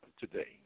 today